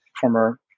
former